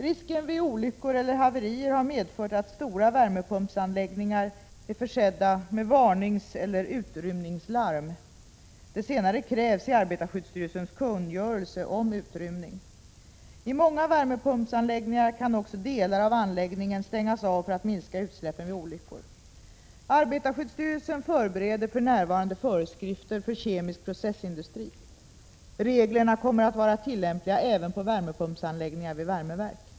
Risken vid olyckor eller haverier har medfört att stora värmepumpsanläggningar är försedda med varningseller utrymningslarm. Det senare krävs i arbetarskyddsstyrelsens kungörelse om utrymning. I många värmepumpsanläggningar kan också delar av anläggningen stängas av för att minska utsläppen vid olyckor. Arbetarskyddsstyrelsen förbereder för närvarande föreskrifter för kemisk processindustri. Reglerna kommer att vara tillämpliga även på värmepumpsanläggningar vid värmeverk.